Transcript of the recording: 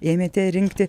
ėmėte rinkti